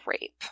rape